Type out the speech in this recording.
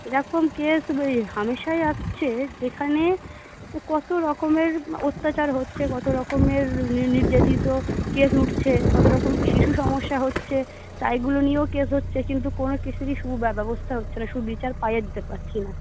এরকম কেস এই হামেশাই আসছে যেখানে কত রকমের অত্যাচার হচ্ছে কত রকমের নির নির্যাতিত কেস উঠছে কত রকমের শিশু সমস্যা হচ্ছে তা এগুলো নিয়েও কেস হচ্ছে কিন্তু কোনো কেসেরই সুব্যব্যবস্থা হচ্ছে না সুবিচার পাইয়ে দিতে পারছি না